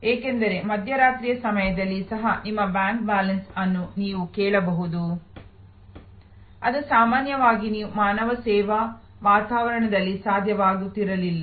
ಏಕೆಂದರೆ ಮಧ್ಯರಾತ್ರಿಯ ಸಮಯದಲ್ಲಿಯೂ ಸಹ ನಿಮ್ಮ ಬ್ಯಾಂಕ್ ಬ್ಯಾಲೆನ್ಸ್ ಅನ್ನು ನೀವು ಕೇಳಬಹುದು ಅದು ಸಾಮಾನ್ಯವಾಗಿ ನೀವು ಮಾನವ ಸೇವಾ ವಾತಾವರಣದಲ್ಲಿ ಸಾಧ್ಯವಾಗುತ್ತಿರಲಿಲ್ಲ